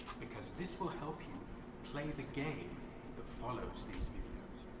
because this will help you play the game that follows these videos.